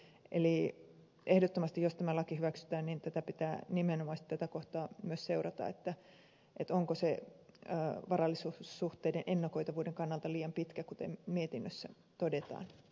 eli jos tämä laki hyväksytään nimenomaisesti tätä kohtaa pitää ehdottomasti myös seurata että onko se varallisuussuhteiden ennakoitavuuden kannalta liian pitkä kuten mietinnössä todetaan